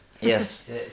yes